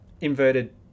inverted